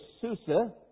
Susa